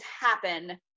happen